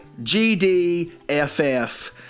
GDFF